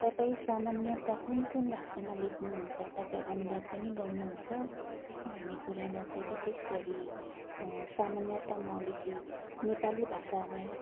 तपाईँ सामान्यतः कुन कुन भाषामा लेख्नुहुन्छ तपाईँ अनुवाद पनि गर्नुहुन्छ भन्ने कुारामा चाहिँ विशेष गरी समान्यतः म बेसी नेपाली भाषामै